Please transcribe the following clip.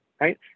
right